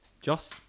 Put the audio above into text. Joss